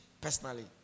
personally